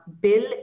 bill